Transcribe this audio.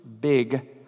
big